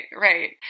right